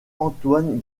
antoine